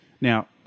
Now